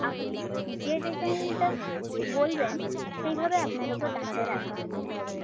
আপনি যে ডিজাইনটা বলবেন সেইভাবে আপনার ওপর দামটা রাখা হবে